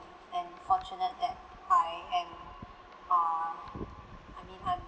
and fortunate that I am uh I mean I'm